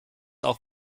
auch